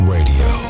Radio